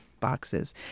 boxes